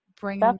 bring